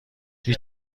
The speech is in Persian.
هیچ